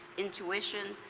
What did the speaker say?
intuition,